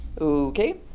Okay